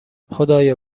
خدایا